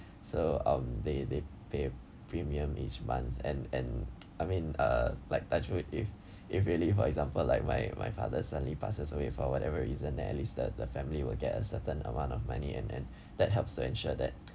so um they they pay premium each month and and I mean uh like touch wood if if really for example like my my father suddenly passes away for whatever reason that at least the the family will get a certain amount of money and and that helps to ensure that